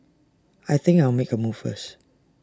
I think I'll make A move first